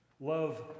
Love